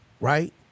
right